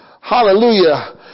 Hallelujah